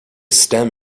stem